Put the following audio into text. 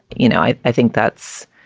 you know, i i think that's.